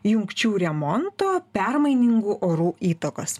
jungčių remonto permainingų orų įtakos